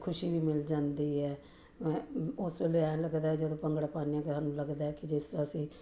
ਖੁਸ਼ੀ ਵੀ ਮਿਲ ਜਾਂਦੀ ਹੈ ਉਸ ਵੇਲੇ ਐਂ ਲੱਗਦਾ ਜਦੋਂ ਭੰਗੜਾ ਪਾਉਂਦੇ ਹਾਂ ਤਾਂ ਸਾਨੂੰ ਲੱਗਦਾ ਕਿ ਜਿਸ ਤਰ੍ਹਾਂ ਅਸੀਂ